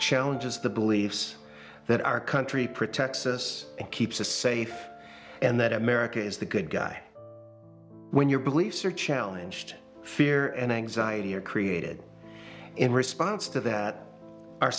challenges the beliefs that our country protects us and keeps us safe and that america is the good guy when your beliefs are challenged fear and anxiety are created in response to that